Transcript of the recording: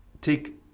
take